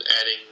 adding